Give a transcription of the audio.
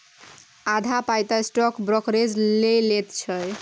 आधा पाय तँ स्टॉक ब्रोकरेजे लए लैत छै